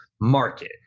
market